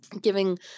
giving